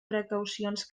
precaucions